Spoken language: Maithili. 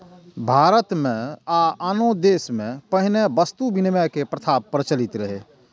भारत मे आ आनो देश मे पहिने वस्तु विनिमय के प्रथा प्रचलित रहै